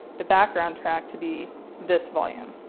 the background track, to be this volume.